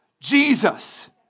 Jesus